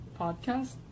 podcast